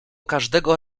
każdego